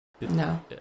No